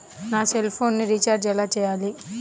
నా సెల్ఫోన్కు రీచార్జ్ ఎలా చేయాలి?